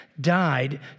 died